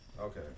Okay